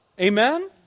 Amen